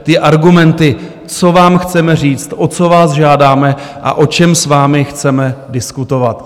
Ty argumenty, co vám chceme říct, o co vás žádáme a o čem s vám chceme diskutovat.